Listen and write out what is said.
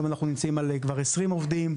אנחנו נמצאים היום כבר על עשרים עובדים.